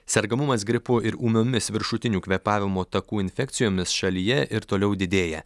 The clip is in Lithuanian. sergamumas gripu ir ūmiomis viršutinių kvėpavimo takų infekcijomis šalyje ir toliau didėja